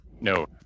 No